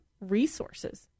resources